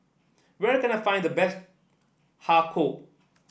where can I find the best Har Kow